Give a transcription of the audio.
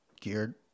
geared